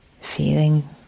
feeling